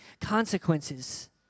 consequences